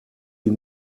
die